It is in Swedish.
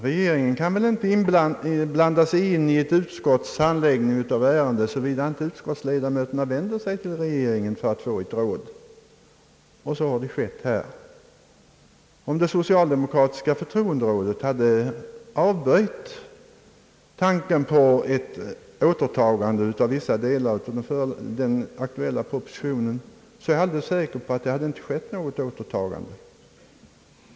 Regeringen kan väl inte blanda sig in i ett utskotts handläggning av ärenden, såvida inte utskottsledamöterna vänder sig till regeringen för att få ett råd, och så har skett i detta fall. Om det socialdemokratiska förtroenderådet hade avböjt tanken på ett återtagande av vissa delar av den aktuella propositionen, så är jag alldeles säker på att det inte skett något återtagande.